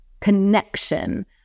connection